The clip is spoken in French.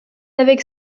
avec